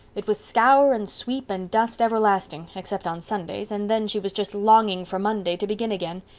it was scour and sweep and dust everlasting, except on sundays, and then she was just longing for monday to begin again.